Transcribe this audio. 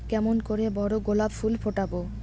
কেমন করে বড় গোলাপ ফুল ফোটাব?